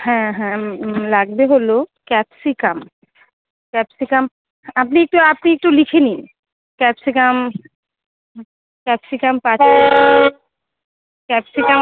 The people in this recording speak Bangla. হ্যাঁ হ্যাঁ লাগবে হলো ক্যাপসিকাম ক্যাপসিকাম আপনি একটু আপনি একটু লিখে নিন ক্যাপসিকাম ক্যাপসিকাম পাঁচ ক্যাপসিকাম